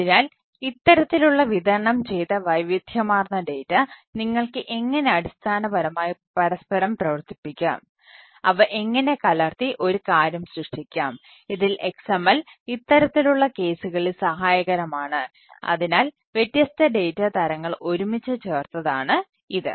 അതിനാൽ ഇത്തരത്തിലുള്ള വിതരണം ചെയ്ത വൈവിധ്യമാർന്ന ഡാറ്റ തരങ്ങൾ ഒരുമിച്ച് ചേർത്തതാണ് ഇത്